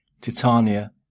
Titania